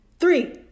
three